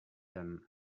than